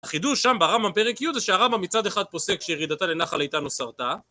החידוש שם ברמבם פרק י' זה שהרמבם מצד אחד פוסק כשהרידתה לנחל הייתה נוסעותה